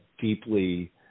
deeply